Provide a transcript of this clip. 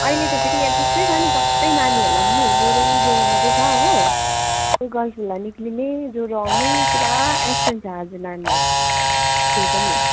अहिले त फेरि यहाँ त्यस्तै छ नि सबै नानीहरूलाई पनि ज्वरै ज्वरो मात्रै छ हो त्यो गलफुला निक्लिने ज्वरो आउने पुरा एब्सेन्ट छ आज नानीहरू स्कुल पनि